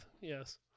Yes